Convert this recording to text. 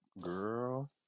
girl